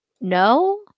no